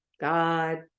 God